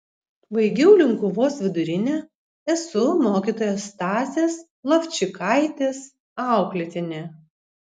baigiau linkuvos vidurinę esu mokytojos stasės lovčikaitės auklėtinė